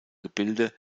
gebilde